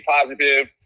positive